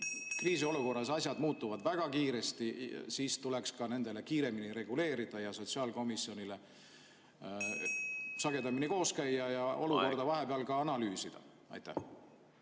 kriisiolukorras muutuvad asjad väga kiiresti, siis tuleks nendele ka kiiremini reageerida ja sotsiaalkomisjonil sagedamini koos käia, et olukorda vahepeal analüüsida. Aitäh,